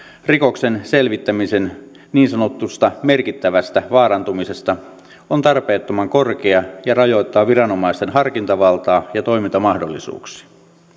rikoksen selvittämisen niin sanotusta merkittävästä vaarantumisesta on tarpeettoman korkea ja rajoittaa viranomaisten harkintavaltaa ja toimintamahdollisuuksia